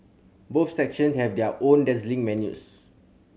both section have their own dazzling menus